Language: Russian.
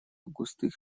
густых